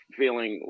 feeling